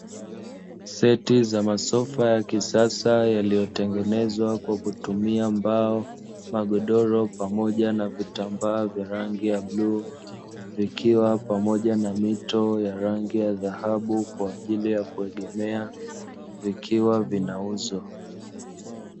Seti za masofa ya kisasa yaliyotengenezwa kwa kutumia mbao, magodoro pamoja na vitambaa vya rangi ya bluu vikiwa pamoja na mito ya rangi ya dhahabu kwa ajili ya kuegemea vikiwa vinauzwa.